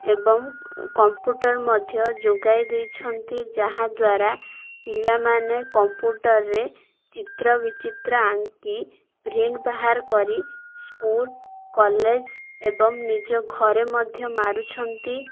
ଏବଂ କମ୍ପୁଟର୍ ମଧ୍ୟ ଯୋଗାଇ ଦେଇଛନ୍ତି ଯାହାଦ୍ୱାରା ପିଲାମାନେ କମ୍ପୁଟର୍ରେ ଚିତ୍ର ବିଚିତ୍ର ଆଙ୍କି ପ୍ରିଣ୍ଟ ବାହାର କରି ସ୍କୁଲ କଲେଜ ଏବଂ ନିଜ ଘରେ ମଧ୍ୟ ମାରୁଛନ୍ତି